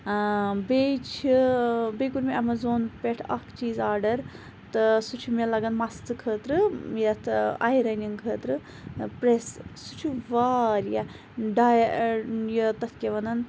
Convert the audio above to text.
بیٚیہِ چھِ بیٚیہِ کوٚر مےٚ اَمیزان پٮ۪ٹھِ اکھ چیٖز آرڈَر تہٕ سُہ چھُ مےٚ لَگان مَستہٕ خٲطرٕ یَتھ اَیرَنٛگ خٲطرٕ پریٚس سُہ چھُ واریاہ یہِ تَتھ کیاہ وَنان